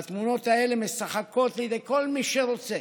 והתמונות האלה משחקות לידי כל מי שרוצה